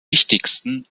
wichtigsten